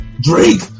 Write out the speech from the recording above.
Drake